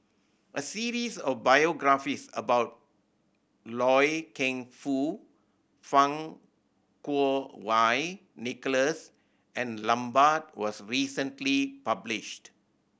a series of biographies about Loy Keng Foo Fang Kuo Wei Nicholas and Lambert was recently published